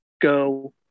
Go